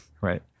Right